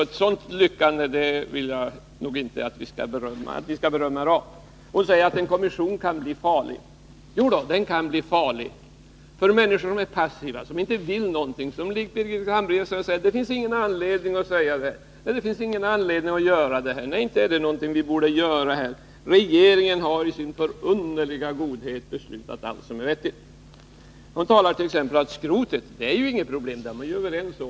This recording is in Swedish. Ett sådant lyckande vill jag inte att ni skall berömma er av. Hon säger att en kommission kan bli farlig. Jo då, den kan bli farlig — för människor som är passiva, som inte vill någonting, som likt Birgitta Hambraeus säger att det inte finns någon anledning till detta. Nej, inte borde vi göra någonting här — regeringen har ju i sin förunderliga godhet beslutat allt som är vettigt. Man påstår t.ex. att det inte är något problem med skrotet — det är man överens om.